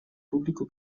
público